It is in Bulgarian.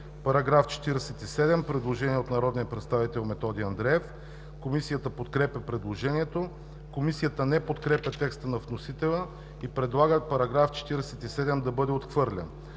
По § 56 има предложение от народния представител Методи Андреев. Комисията подкрепя предложението. Комисията не подкрепя текста на вносителя и предлага § 56 да бъде отхвърлен.